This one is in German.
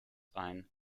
ein